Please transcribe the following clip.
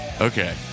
Okay